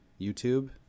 YouTube